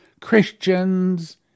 Christians